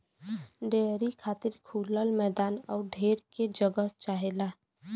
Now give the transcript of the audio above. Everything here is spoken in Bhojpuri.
डेयरी खातिर खुलल मैदान आउर ढेर के जगह चाहला